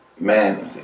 Man